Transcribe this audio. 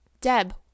Deb